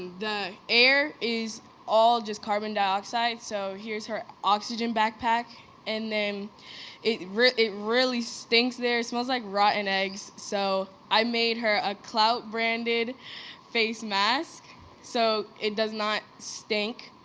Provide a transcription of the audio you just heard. the air is all just carbon dioxide, so, here's her oxygen backpack and then it really it really stinks there, it smells like rotten eggs so, i made her a clout branded face mask so it does not stink.